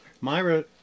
Myra